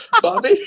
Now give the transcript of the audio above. Bobby